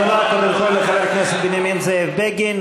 תודה קודם כול לחבר הכנסת זאב בנימין בגין.